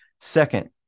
Second